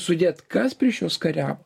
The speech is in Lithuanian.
sudėt kas prieš juos kariavo